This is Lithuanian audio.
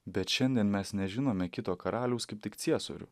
bet šiandien mes nežinome kito karaliaus kaip tik ciesorių